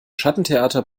schattentheater